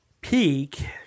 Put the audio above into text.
Peak